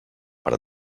per